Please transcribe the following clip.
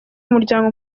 umuryango